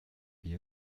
wie